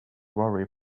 worry